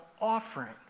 offering